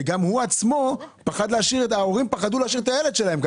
וגם ההורים פחדו להשאיר את הילדים שלה.